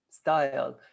style